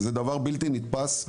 זה דבר בלתי נתפס,